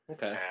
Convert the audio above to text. Okay